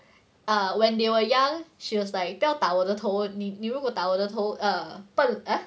ah when they were young she was like 不要打我的头你你如果打我的头 err 笨啊